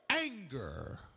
anger